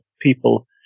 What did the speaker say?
people